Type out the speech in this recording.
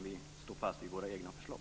Vi står fast vid våra egna förslag.